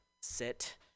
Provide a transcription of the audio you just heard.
sit